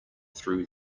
threw